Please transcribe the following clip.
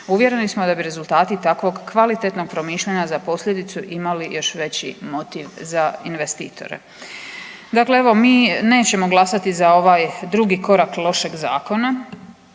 Uvjereni smo da bi rezultati takvog kvalitetnog promišljanja za posljedicu imali još veći motiv za investitore. Dakle, evo mi nećemo glasati za ovaj drugi korak lošeg zakona